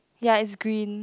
ya is green